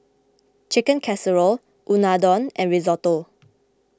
Chicken Casserole Unadon and Risotto